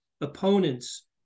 opponents –